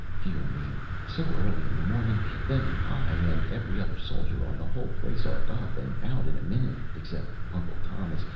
dear me, so early in the morning then i and every other soldier on the whole place are up and out in a minute, except uncle thomas,